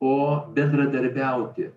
o bendradarbiauti